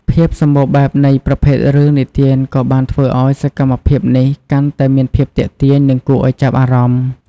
ភាពសម្បូរបែបនៃប្រភេទរឿងនិទានក៏បានធ្វើឱ្យសកម្មភាពនេះកាន់តែមានភាពទាក់ទាញ និងគួរឱ្យចាប់អារម្មណ៍។